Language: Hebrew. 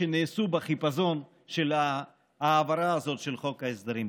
שנעשו בחיפזון של ההעברה הזאת של חוק ההסדרים.